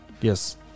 yes